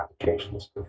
applications